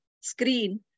screen